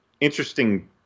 interesting